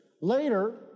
Later